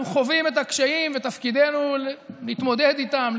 אנחנו חווים את הקשיים ותפקידנו להתמודד איתם,